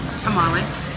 tamales